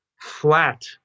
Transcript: flat